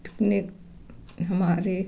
picnic हमारे